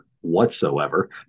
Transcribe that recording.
whatsoever